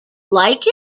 like